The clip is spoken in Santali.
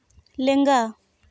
ᱞᱮᱝᱜᱟ